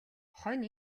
хонь